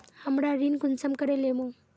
हमरा ऋण कुंसम करे लेमु?